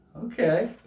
Okay